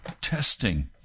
testing